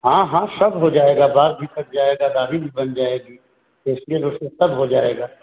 हाँ हाँ सब हो जायेगा बास भी बन जायेगा गादी भी बन जायेगी सब हो जायेगा